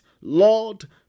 Lord